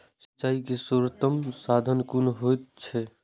सिंचाई के सर्वोत्तम साधन कुन होएत अछि?